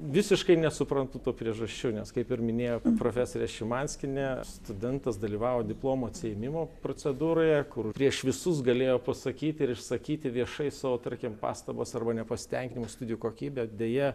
visiškai nesuprantu to priežasčių nes kaip ir minėjo profesorė šimanskienė studentas dalyvavo diplomų atsiėmimo procedūroje kur prieš visus galėjo pasakyti ir išsakyti viešai savo tarkim pastabas arba nepasitenkinimus studijų kokybė deja